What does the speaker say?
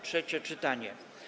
Trzecie czytanie.